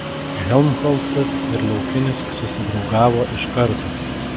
helmholcas ir laukinis susidraugavo iš karto